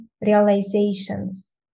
realizations